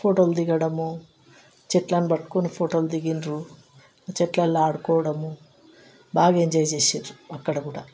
ఫోటోలు దిగడము చెట్లని పట్టుకొని ఫోటోలు దిగిండ్రు చెట్లలో ఆడుకోవడము బాగా ఎంజాయ్ చేసిండ్రు అక్కడ కూడా